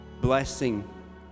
blessing